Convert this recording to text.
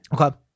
Okay